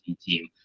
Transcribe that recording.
team